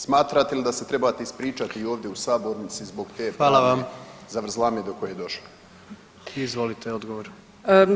Smatrate li da se trebate ispričati ovdje u sabornici zbog te zavrzlame do koje je došlo?